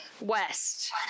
west